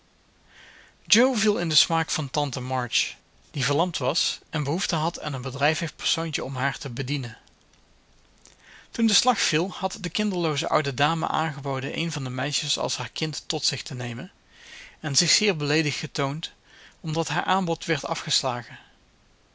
viel in den smaak van tante march die verlamd was en behoefte had aan een bedrijvig persoontje om haar te bedienen toen de slag viel had de kinderlooze oude dame aangeboden een van de meisjes als haar kind tot zich te nemen en zich zeer beleedigd getoond omdat haar aanbod werd afgeslagen